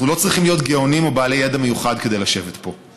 אנחנו לא צריכים להיות גאונים או בעלי ידע מיוחד כדי לשבת פה.